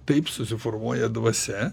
taip susiformuoja dvasia